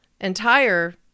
entire